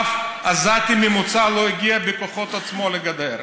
אף עזתי ממוצע לא הגיע בכוחות עצמו לגדר.